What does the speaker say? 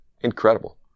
incredible